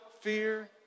Fear